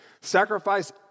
Sacrifice